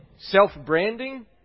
self-branding